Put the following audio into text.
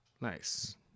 Nice